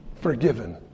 forgiven